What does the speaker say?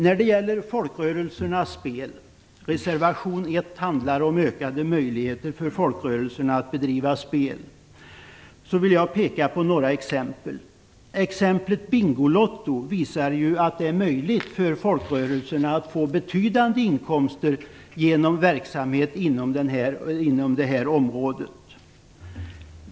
När det gäller folkrörelsernas spel finns det en reservation om ökade möjligheter för folkrörelserna att bedriva spel, nämligen reservation nr 1. Jag vill peka på några exempel. Bingolotto visar att det är möjligt för folkrörelserna att få betydande inkomster genom verksamhet inom det här området.